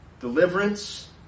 deliverance